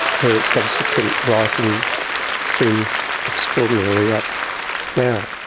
her subsequent writing seems extraordinarily apt now.